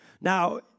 Now